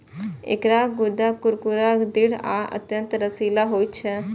एकर गूद्दा कुरकुरा, दृढ़ आ अत्यंत रसीला होइ छै